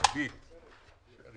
או